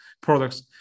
products